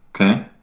Okay